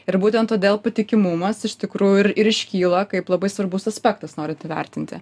ir būtent todėl patikimumas iš tikrųjų ir ir iškyla kaip labai svarbus aspektas norint įvertinti